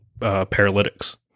paralytics